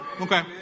Okay